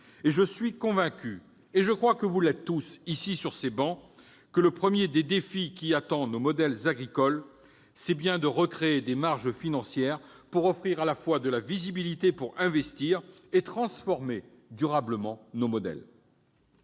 Je suis convaincu- je crois que vous l'êtes aussi sur ces travées -que le premier des défis qui attendent nos modèles agricoles, c'est bien de recréer des marges financières pour offrir à la fois de la visibilité pour investir et transformer durablement nos modèles.